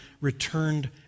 returned